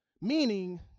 meaning